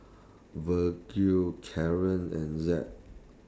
Vergil and Zack